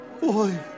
Boy